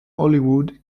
hollywood